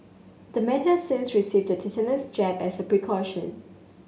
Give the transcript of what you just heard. the man has since received a tetanus jab as a precaution